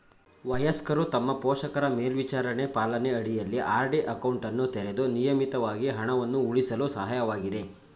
ವಯಸ್ಕರು ತಮ್ಮ ಪೋಷಕರ ಮೇಲ್ವಿಚಾರಣೆ ಪಾಲನೆ ಅಡಿಯಲ್ಲಿ ಆರ್.ಡಿ ಅಕೌಂಟನ್ನು ತೆರೆದು ನಿಯಮಿತವಾಗಿ ಹಣವನ್ನು ಉಳಿಸಲು ಸಹಾಯಕವಾಗಿದೆ